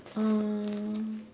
ah